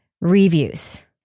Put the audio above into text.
reviews